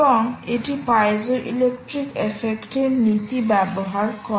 এবং এটি পাইজোইলেক্ট্রিক এফেক্টের নীতি ব্যবহার করে